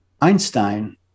Einstein